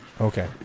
Okay